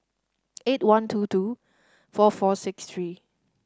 eight one two two four four six three